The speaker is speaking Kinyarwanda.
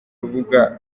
rubuga